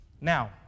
Now